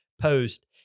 post